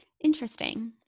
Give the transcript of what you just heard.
interesting